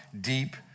deep